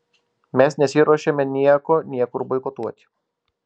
mes nesiruošiame nieko niekur boikotuoti